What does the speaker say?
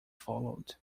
followed